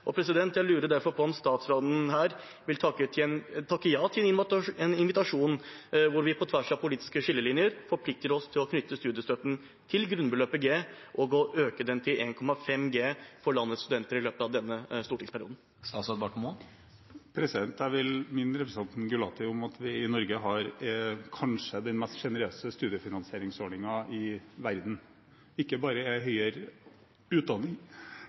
Jeg lurer derfor på om statsråden vil takke ja til en invitasjon til å møtes, hvor vi på tvers av politiske skillelinjer forplikter oss til i løpet av denne stortingsperioden å knytte studiestøtten til grunnbeløpet, G, og å øke den til 1,5 G for landets studenter. Jeg vil minne representanten Gulati om at vi i Norge har den kanskje mest sjenerøse studiefinansieringsordningen i verden. Ikke bare er høyere utdanning